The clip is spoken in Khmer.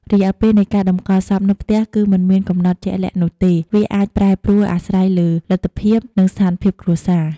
រយៈពេលនៃការតម្កល់សពនៅផ្ទះ គឺមិនមានកំណត់ជាក់លាក់នោះទេ វាអាចប្រែប្រួលអាស្រ័យលើលទ្ធភាព និងស្ថានភាពគ្រួសារ។